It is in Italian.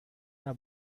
era